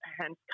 hence